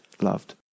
loved